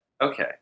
Okay